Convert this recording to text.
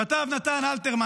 כתב נתן אלתרמן,